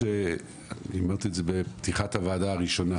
אמרתי בפתיחת ישיבת הוועדה הראשונה